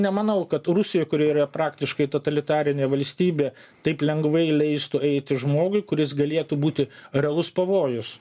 nemanau kad rusija kuri yra praktiškai totalitarinė valstybė taip lengvai leistų eiti žmogui kuris galėtų būti realus pavojus